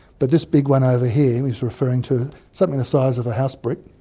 but this big one over here, he was referring to something the size of a house brick,